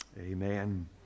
Amen